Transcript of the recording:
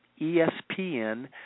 ESPN